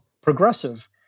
progressive